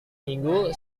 minggu